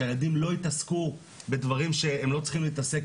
שהילדים לא יתעסקו בדברים שהם לא צריכים להתעסק.